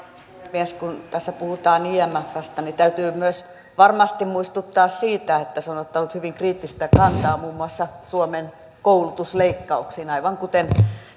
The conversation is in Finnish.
puhemies kun tässä puhutaan imfstä niin täytyy varmasti myös muistuttaa siitä että se on ottanut hyvin kriittistä kantaa muun muassa suomen koulutusleikkauksiin aivan kuten